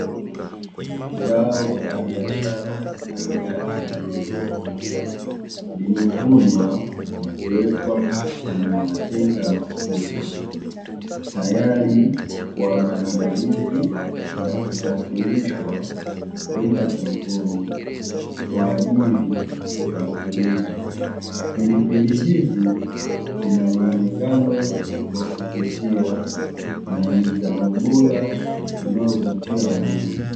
Zao la biashara aina ya pilipili hoho, limevunwa na kuwekwa kwenye matenga makubwa, tayari kwa maandalizi ya kusafirishwa kwenda sokoni kwa ajili ya kuuzwa. Pilipili hizi zina muonekano wa kuvutia na ni za ubora unaovutia wanunuzi.